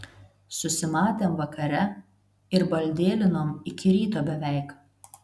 susimatėm vakare ir baldėlinom iki ryto beveik